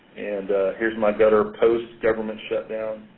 and here's my gutter post-government shutdown.